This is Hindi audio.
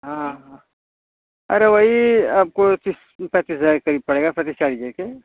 हाँ हाँ अरे वही आपको तीस पैंतीस हजार के करीब पड़ेगा पैतीस चालीस हजार के